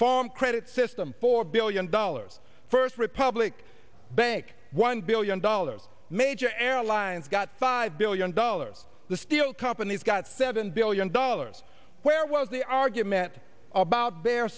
farm credit system four billion dollars first republic bank one billion dollars major airlines got five billion dollars the steel companies got seven billion dollars where was the argument about